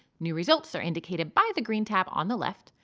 new results are indicated by the green tab on the left.